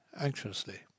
anxiously